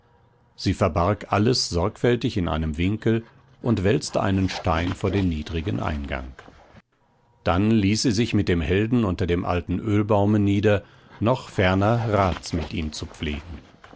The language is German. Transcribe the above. sie verbarg alles sorgfältig in einem winkel und wälzte einen stein vor den niedrigen eingang dann ließ sie sich mit dem helden unter dem alten ölbaume nieder noch ferner rats mit ihm zu pflegen